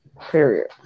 period